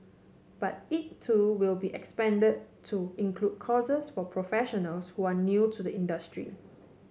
but it too will be expanded to include courses for professionals who are new to the industry